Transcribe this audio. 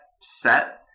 set